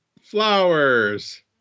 Flowers